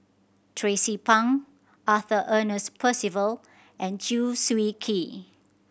Tracie Pang Arthur Ernest Percival and Chew Swee Kee